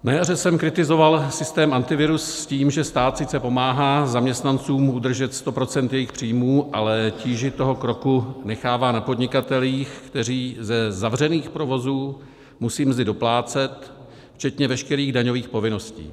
Na jaře jsem kritizoval systém Antivirus s tím, že stát sice pomáhá zaměstnancům udržet 100 % jejich příjmů, ale tíži toho kroku nechává na podnikatelích, kteří ze zavřených provozů musí mzdy doplácet včetně veškerých daňových povinností.